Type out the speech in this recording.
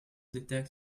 detect